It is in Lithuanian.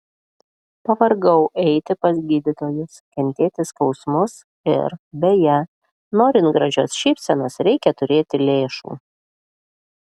pavargau eiti pas gydytojus kentėti skausmus ir beje norint gražios šypsenos reikia turėti lėšų